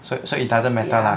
so so it doesn't matter lah